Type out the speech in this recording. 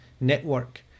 network